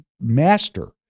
master